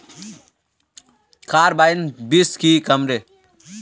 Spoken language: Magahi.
कार्बाइन बीस की कमेर?